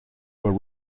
were